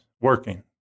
working